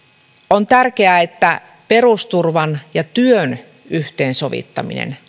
on tärkeää että perusturvan ja työn yhteensovittaminen